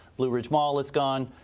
blue ridge mall is gone,